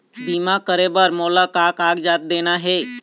बीमा करे बर मोला का कागजात देना हे?